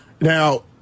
Now